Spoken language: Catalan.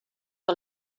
que